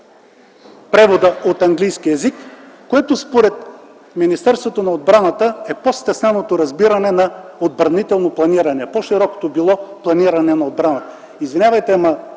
превода от английски език, според Министерството на отбраната по-стесненото разбиране е на „отбранително планиране”, а по-широкото разбиране било „планиране на отбраната”.